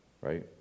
Right